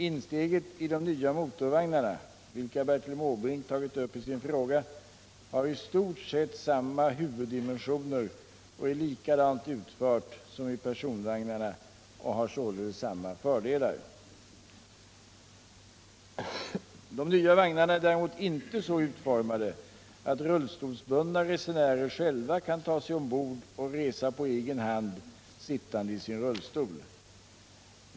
Insteget i de nya motorvagnarna, vilka Bertil Måbrink tagit upp i sin fråga, har i stort sett samma huvuddimensioner och är likadant utfört som i personvagnarna och har således samma fördelar. De nya vagnarna är däremot inte så utformade att rullstolsbundna resenärer själva kan ta sig ombord och resa på egen hand sittande i rullstol.